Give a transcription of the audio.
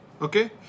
Okay